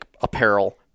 apparel